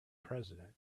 president